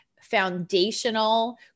foundational